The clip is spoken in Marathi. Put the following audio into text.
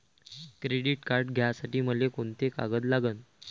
क्रेडिट कार्ड घ्यासाठी मले कोंते कागद लागन?